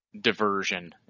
diversion